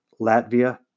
Latvia